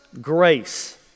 grace